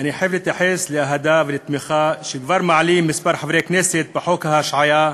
אני חייב להתייחס לאהדה ולתמיכה שכבר מעלים כמה חברי כנסת בחוק ההשעיה.